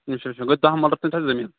اچھا اچھا گوٚو دہ مَرلہٕ زٔمیٖن